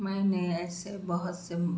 میں نے ایسے بہت سے